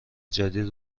جدید